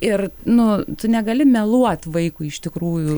ir nu tu negali meluot vaikui iš tikrųjų